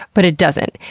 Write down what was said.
but it doesn't.